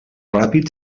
ràpid